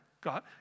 God